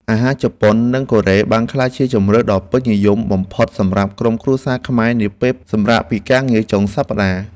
អាហារជប៉ុន និងកូរ៉េបានក្លាយជាជម្រើសដ៏ពេញនិយមបំផុតសម្រាប់ក្រុមគ្រួសារខ្មែរនាពេលសម្រាកពីការងារចុងសប្តាហ៍។